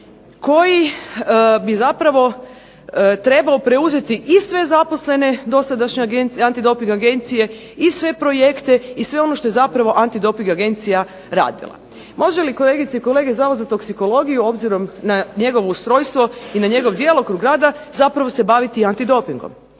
koji bi zapravo trebao preuzeti i sve zaposlene dosadašnje Antidoping agencije i sve projekte i sve ono što je zapravo Antidoping agencija radila. Može li kolegice i kolege Zavod za toksikologiju obzirom na njegovo ustrojstvo i na njegov djelokrug rada zapravo se baviti antidopingom?